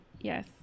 Yes